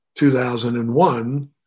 2001